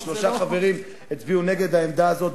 ושלושה חברים הצביעו נגד העמדה הזאת.